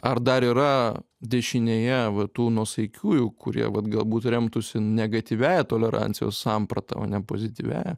ar dar yra dešinėje va tų nuosaikiųjų kurie vat galbūt remtųsi negatyviąja tolerancijos samprata o ne pozityviąja